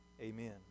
Amen